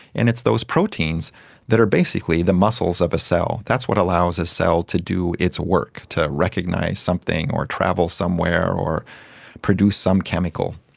and it's those proteins that are basically the muscles of a cell, that's what allows a cell to do its work, to recognise something or travel somewhere or produce some chemical.